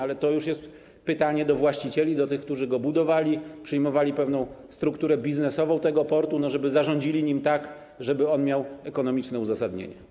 Ale to już jest pytanie do właścicieli, do tych, którzy go budowali, przyjmowali pewną strukturę biznesową tego portu, żeby zarządzili nim tak, żeby on miał ekonomiczne uzasadnienie.